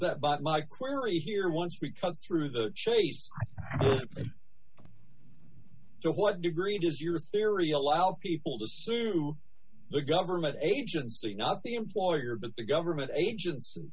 that but my query here once we cut through the chase so what degree does your theory allow people to sue the government agency not the employer but the government agents and